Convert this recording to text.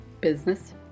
Business